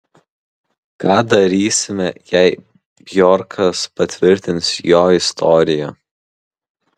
ką darysime jei bjorkas patvirtins jo istoriją